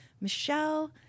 Michelle